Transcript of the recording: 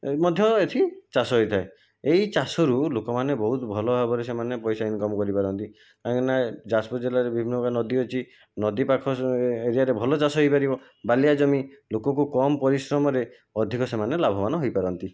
ମଧ୍ୟ ଏଥି ଚାଷ ହେଇଥାଏ ଏଇ ଚାଷରୁ ଲୋକମାନେ ବହୁତ୍ ଭଲ ଭାବରେ ସେମାନେ ପଇସା ଇନକମ୍ କରିପାରନ୍ତି କାହିଁକିନା ଯାଜପୁର ଜିଲ୍ଲାରେ ବିଭିନ୍ନ ପ୍ରକାର ନଦୀ ଅଛି ନଦୀ ପାଖ ଏରିଆରେ ଭଲ ଚାଷ ହେଇପାରିବ ବାଲିଆ ଜମି ଲୋକକୁ କମ୍ ପରିଶ୍ରମରେ ଅଧିକ ସେମାନେ ଲାଭବାନ ହେଇପାରନ୍ତି